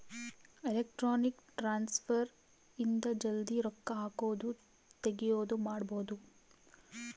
electronic transfer ಇಂದ ಜಲ್ದೀ ರೊಕ್ಕ ಹಾಕೋದು ತೆಗಿಯೋದು ಮಾಡ್ಬೋದು